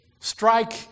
strike